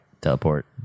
Teleport